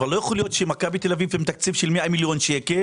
לא יכול להיות שמכבי תל אביב עם תקציב של 100 מיליון שקל,